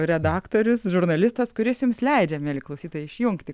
redaktorius žurnalistas kuris jums leidžia mieli klausytojai išjungti